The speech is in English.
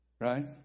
right